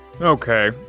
Okay